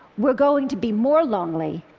we're going to be more lonely.